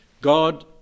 God